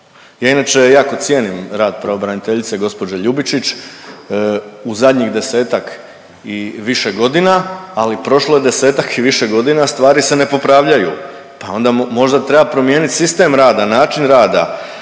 Ja inače jako cijenim rad pravobraniteljice gospođe Ljubičić u zadnjih 10-ak i više godina, ali prošlo je 10-ak i više godina stvari se ne popravljaju, pa onda možda treba promijeniti sistem rada, način rada,